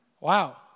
Wow